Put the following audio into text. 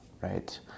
right